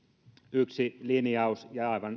yksi linjaus